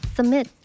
Submit